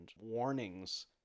warnings